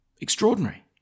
Extraordinary